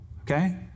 Okay